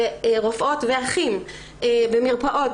לרופאות ואחים במרפאות,